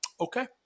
okay